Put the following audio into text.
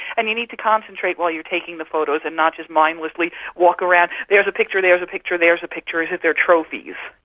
and you need to concentrate while you are taking the photos and not just mindlessly walk around, there's a picture, there's a picture, there's a picture as if they are trophies.